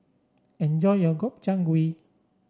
enjoy your Gobchang Gui